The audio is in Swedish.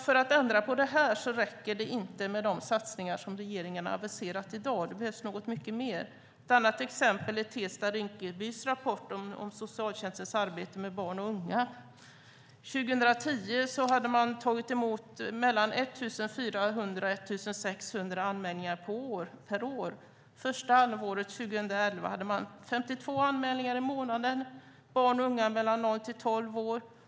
För att ändra på detta tror inte jag att det räcker med de satsningar som regeringen har aviserat i dag. Det behövs mycket mer. Ett annat exempel är Tensta-Rinkebys rapport om socialtjänstens arbete med barn och unga. År 2010 uppgav man att man hade tagit emot 1 400-1 600 anmälningar per år. Första halvåret 2011 hade man 52 anmälningar i månaden när det gäller barn och unga mellan 0 och 12 år.